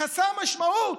חסר משמעות,